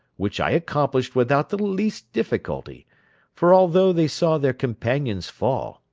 which i accomplished without the least difficulty for although they saw their companions fall,